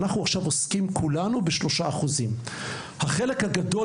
אנחנו כולנו עוסקים עכשיו ב- 3%. החלק הגדול